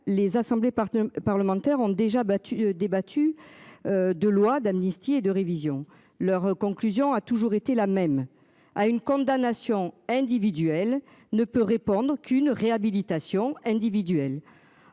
les assemblées par parlementaires ont déjà battu débattu. De loi d'amnistie et de révision leurs conclusions a toujours été la même à une condamnation individuelle ne peut répondre. Aucune réhabilitation individuelles.